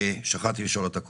ושכחתי לשאול אותה קודם.